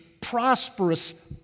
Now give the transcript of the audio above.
prosperous